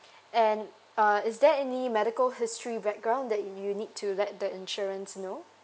and uh is there any medical history background that you need to let the insurance know